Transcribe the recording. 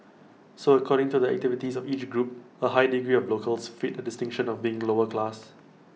so according to the activities of each group A high degree of locals fit the distinction of being lower class